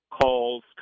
calls